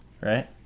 Right